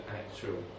actual